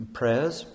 prayers